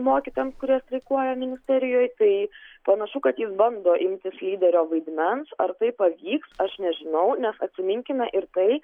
mokytojams kurie streikuoja ministerijoj tai panašu kad jis bando imtis lyderio vaidmens ar tai pavyks aš nežinau nes atsiminkime ir tai